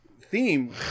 theme